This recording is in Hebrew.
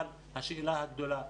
אבל השאלה הגדולה,